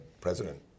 president